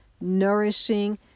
nourishing